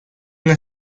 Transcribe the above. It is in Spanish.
una